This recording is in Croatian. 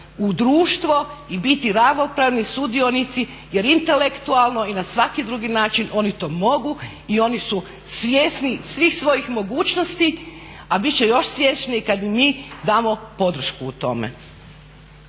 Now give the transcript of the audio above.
u društvo i biti ravnopravni sudionici jer intelektualno i na svaki drugi način oni to mogu i oni su svjesni svih svojih mogućnosti, a bit će još svjesniji kad im mi damo podršku u tome.